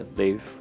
leave